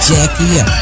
Jackie